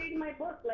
my books, like,